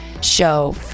show